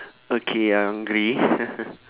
okay you're hungry